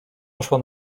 poszła